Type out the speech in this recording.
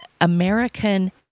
American